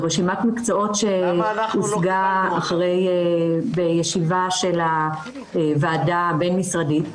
זו רשימת מקצועות שהושגה בישיבה של הוועדה הבין משרדית